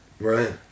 Right